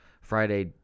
Friday